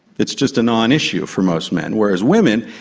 it's just a non-issue for most men, whereas women,